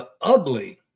ugly